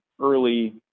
early